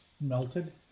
Melted